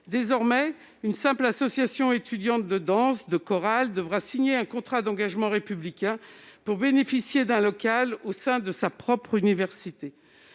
Désormais, une association étudiante de danse ou de chorale devra signer un contrat d'engagement républicain pour bénéficier d'un local au sein de sa propre université.